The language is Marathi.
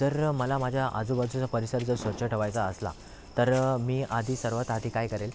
जर मला माझ्या आजूबाजूचा परिसर जर स्वच्छ ठेवायचा असला तर मी आधी सर्वात आधी काय करेल